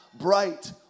bright